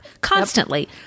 constantly